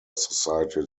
society